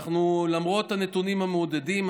למרות הנתונים המעודדים,